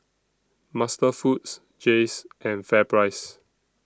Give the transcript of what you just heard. MasterFoods Jays and FairPrice